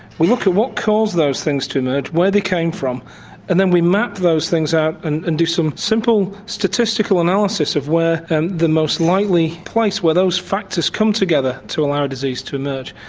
we look at what caused those things to emerge, where they came from and then we map those things out and and do some simple statistical analysis of where and the most likely place where those factors come together to allow disease to emerge.